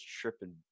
tripping